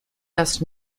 das